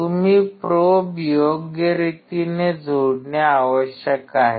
तुम्ही प्रोब योग्य रीतीने जोडणे आवश्यक आहे